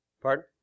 Pardon